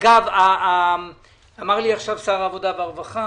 אגב, אמר לי עכשיו שר העבודה והרווחה